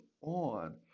on